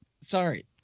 sorry